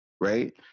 right